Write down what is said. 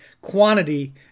quantity